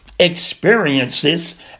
experiences